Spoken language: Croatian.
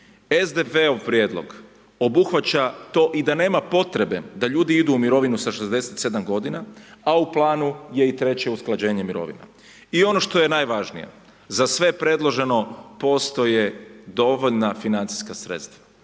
SDP-ov prijedlog obuhvaća to i da nema potrebe da ljudi idu u mirovinu sa 67 godina, a u planu je i treće usklađenje mirovina. I ono što je najvažnije, za sve predloženo postoje dovoljna financijska sredstva,